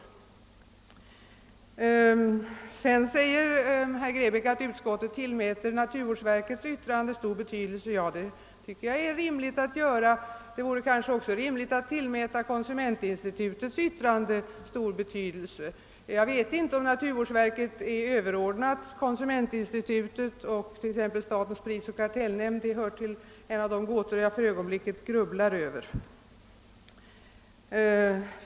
Vidare framhåller herr Grebäck att ut skottet tillmäter naturvårdsverkets yttrande stor betydelse, och det är ju rimligt. Det vore kanske också rimligt att tillmäta konsumentinstitutets yttrande stor betydelse. Jag vet inte om naturvårdsverket är överordnat konsumentinstitutet och t.ex. statens prisoch kartellnämnd; det är en av de gåtor jag för ögonblicket grubblar över.